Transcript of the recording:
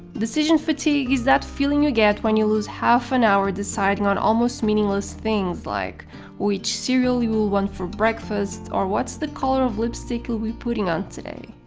decision fatigue is that feeling you get when you lose half an hour deciding on almost meaningless things like which cereal you'll want for breakfast or what's the color of lipstick you'll be putting on today.